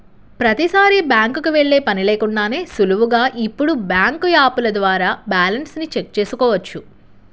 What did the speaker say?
ప్రతీసారీ బ్యాంకుకి వెళ్ళే పని లేకుండానే సులువుగా ఇప్పుడు బ్యాంకు యాపుల ద్వారా బ్యాలెన్స్ ని చెక్ చేసుకోవచ్చు